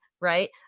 right